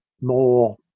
more